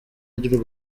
ry’u